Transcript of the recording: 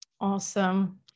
awesome